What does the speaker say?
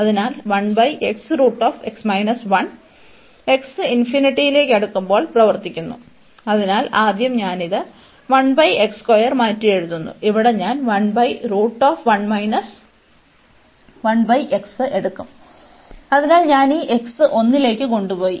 അതിനാൽ x ലേക്ക് അടുക്കുമ്പോൾ പ്രവർത്തിക്കുന്നു അതിനാൽ ആദ്യം ഞാൻ ഇത് മാറ്റിയെഴുതുന്നു ഇവിടെ ഞാൻ എടുക്കും അതിനാൽ ഞാൻ ഈ x 1 ലേക്ക് കൊണ്ടുപോയി